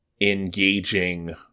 engaging